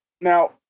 Now